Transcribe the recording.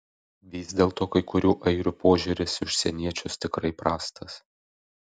vis dėlto kai kurių airių požiūris į užsieniečius tikrai prastas